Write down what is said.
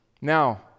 Now